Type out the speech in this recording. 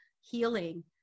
healing